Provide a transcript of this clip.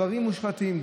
דברים מושחתים,